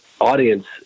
audience